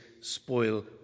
spoil